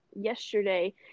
yesterday